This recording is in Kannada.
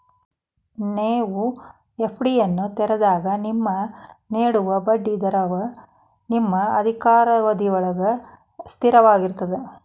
ನೇವು ಎ.ಫ್ಡಿಯನ್ನು ತೆರೆದಾಗ ನಿಮಗೆ ನೇಡುವ ಬಡ್ಡಿ ದರವ ನಿಮ್ಮ ಅಧಿಕಾರಾವಧಿಯೊಳ್ಗ ಸ್ಥಿರವಾಗಿರ್ತದ